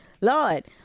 Lord